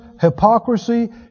hypocrisy